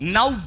Now